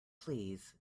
please